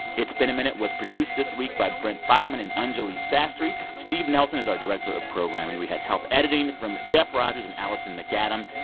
it's been a minute was produced this week by brent baughman and anjuli sastry. steve nelson is our director of programming. we had help editing from jeff rogers and alison macadam.